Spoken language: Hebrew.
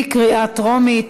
בקריאה טרומית.